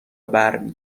برمی